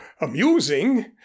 amusing